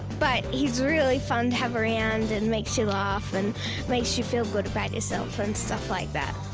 but he's really fun to have around and makes you laugh and makes you feel good about yourself and stuff like that.